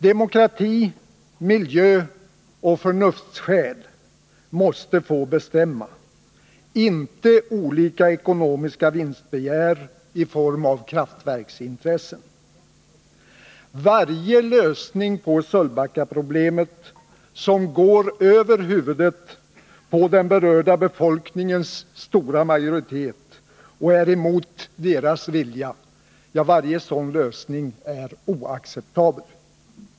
Demokrati, miljöoch förnuftsskäl måste få bestämma, inte olika ekonomiska vinstbegär i form av kraftverksintressen. Varje lösning av Sölvbackaproblemet som går mot den berörda befolkningens stora majoritet och är mot dess vilja är oacceptabel.